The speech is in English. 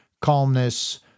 calmness